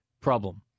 problem